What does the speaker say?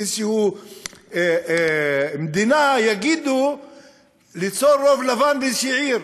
אם באיזו מדינה יגידו ליצור רוב לבן באיזו עיר.